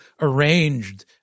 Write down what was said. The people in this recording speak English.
arranged